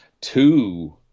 two